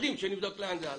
שמפחדים שנבדוק לאן זה הלך.